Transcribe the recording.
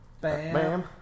Bam